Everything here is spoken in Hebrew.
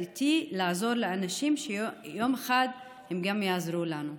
איתי לעזור לאנשים שיום אחד גם יעזרו לנו.